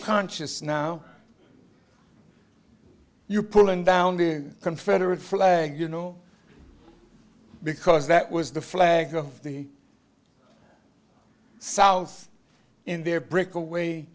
conscious now you're pulling down the confederate flag you know because that was the flag of the south in their breakaway